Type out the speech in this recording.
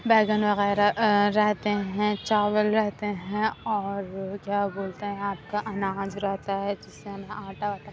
بیگن وغیرہ رہتے ہیں چاول رہتے ہیں اور کیا بولتے ہیں آپ کا اناج رہتا ہے جس سے ہمیں آٹا